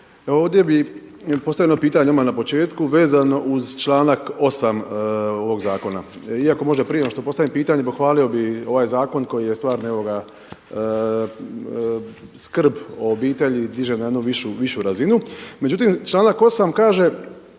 ovdje bih postavio jedno pitanje odmah na početku vezano uz članak 8. ovog zakona, iako možda prije nego što postavim pitanje pohvalio bi ovaj zakon koji je stvarno skrb o obitelji diže na jednu višu razinu. Međutim članak 8. kaže